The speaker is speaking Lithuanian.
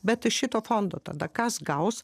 bet iš šito fondo tada kas gaus